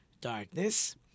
darkness